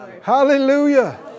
Hallelujah